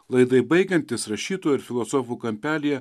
laidai baigiantis rašytojų ir filosofų kampelyje